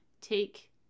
take